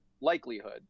likelihood